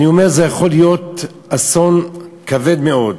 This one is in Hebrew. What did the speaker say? אני אומר, זה יכול להיות אסון כבד מאוד.